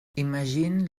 imagine